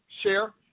share